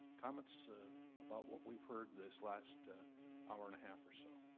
comments about what we've heard this last hour and a half or so?